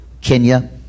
Kenya